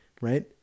right